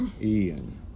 Ian